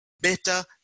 better